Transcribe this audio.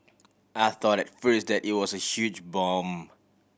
I thought at first that it was a huge bomb